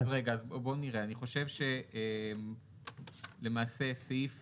למעשה סעיף